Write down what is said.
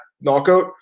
knockout